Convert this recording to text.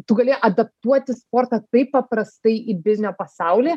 tu gali adaptuoti sportą taip paprastai į biznio pasaulį